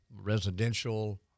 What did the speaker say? residential